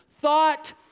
thought